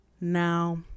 now